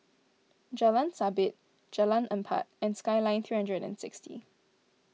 Jalan Sabit Jalan Empat and Skyline three hundred and sixty